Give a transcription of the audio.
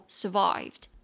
survived